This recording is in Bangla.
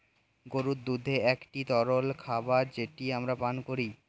গরুর দুধ একটি তরল খাবার যেটা আমরা পান করি